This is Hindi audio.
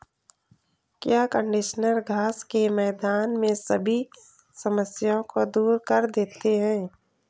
क्या कंडीशनर घास के मैदान में सभी समस्याओं को दूर कर देते हैं?